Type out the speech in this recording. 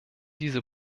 diese